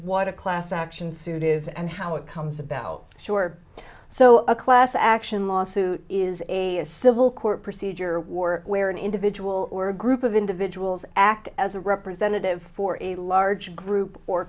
what a class action suit is and how it comes about sure so a class action lawsuit is a civil court procedure war where an individual or a group of individuals act as a representative for a large group or